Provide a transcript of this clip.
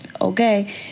okay